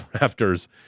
Rafters